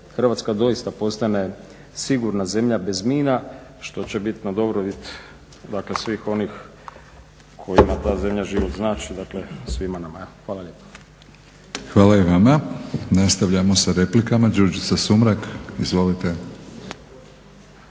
Hrvatska doista postane sigurna zemlja bez mina što će biti na dobrobit svih onih kojima ta zemlja život znači. Hvala lijepa. **Batinić, Milorad (HNS)** Hvala i vama. Nastavljamo s replikama, Đurđica Sumrak, izvolite.